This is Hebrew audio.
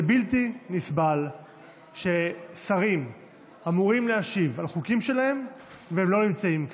זה בלתי נסבל ששרים אמורים להשיב על חוקים שלהם והם לא נמצאים כאן.